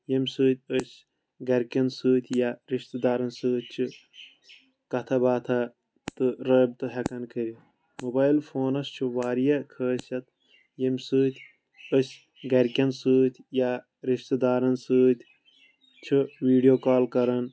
ییٚمہِ سۭتۍ أسۍ گرِکیٚن سۭتۍ یا رِشتہٕ دارن سۭتۍ چھِ کتھا باتھا تہٕ رٲبطہٕ ہٮ۪کان کٔرِتھ موبایل فونس چھِ واریاہ خٲصِیت ییٚمہِ سۭتۍ أسۍ گرِکیٚن سۭتۍ یا رِشتہٕ دارن سۭتۍ چھِ ویڈیو کال کران